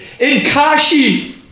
INKASHI